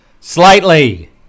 Slightly